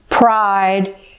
Pride